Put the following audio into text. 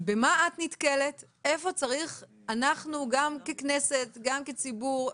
במה את נתקלת ואיפה צריך שאנחנו גם ככנסת ישראל וגם כציבור,